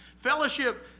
Fellowship